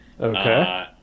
okay